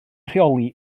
rheoli